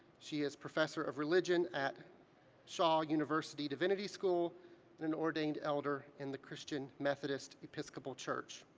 she is professor of religion at shaw university divinity school and an ordained elder in the christian methodist episcopal church.